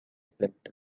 plympton